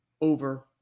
over